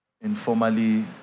informally